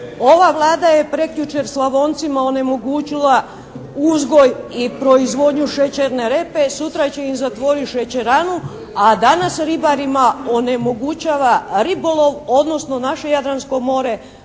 ova Vlada je prekjučer Slavoncima onemogućila uzgoj i proizvodnju šećerne repe, sutra će im zatvoriti šećeranu, a danas ribarima onemogućava ribolov, odnosno naše Jadransko more